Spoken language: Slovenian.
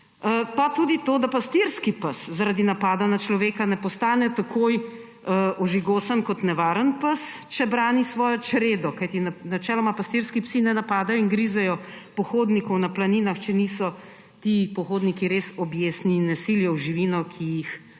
Pa tudi to, da pastirski pes zaradi napada na človeka ne postane takoj ožigosan kot nevaren pes, če brani svojo čredo. Kajti načeloma pastirski psi ne napadajo in grizejo pohodnikov na planinah, če niso ti pohodniki res objestni in ne silijo v živino, ki jo ta